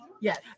Yes